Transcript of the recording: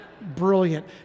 brilliant